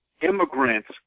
immigrants